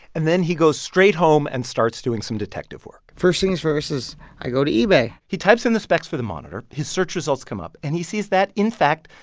and then he goes straight home and starts doing some detective work first things first is i go to ebay he types in the specs for the monitor. his search results come up, and he sees that, in fact,